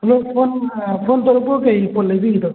hello phone phone ꯇꯧꯕꯤꯔꯛꯄꯨ ꯀꯩ ꯄꯣꯠ ꯂꯩꯕꯤꯒꯗꯕ